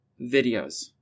videos